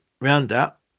Roundup